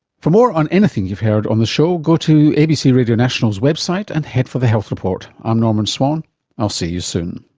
for more on anything you've heard on the show, go to abc radio national's website and head for the health report. i'm norman swan and i'll see you soon